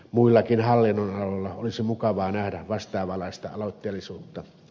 muillakin hallinnonaloilla olisi mukavaa nähdä vastaavanlaista aloitteellisuutta